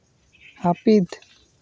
ᱦᱟᱹᱯᱤᱫ